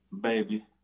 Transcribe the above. Baby